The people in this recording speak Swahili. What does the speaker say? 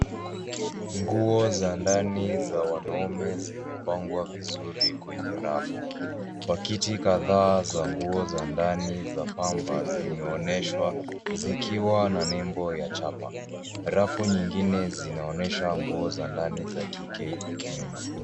Nguo za ndani za wanaume zimepangwa vizuri kwenye rafu. Pakiti kadhaa za nguo za ndani za pamba zinaoneshwa zikiwa na nembo ya chapa. Rafu nyingine zinaonesha nguo za ndani za kike nyuma.